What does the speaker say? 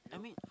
I mean